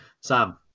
Sam